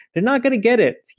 they're not going to get it.